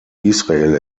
israel